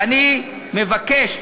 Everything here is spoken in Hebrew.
ואני מבקש,